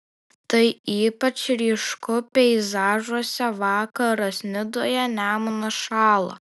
tai ypač ryšku peizažuose vakaras nidoje nemunas šąla